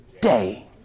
day